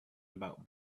about